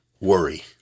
worry